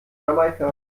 jamaika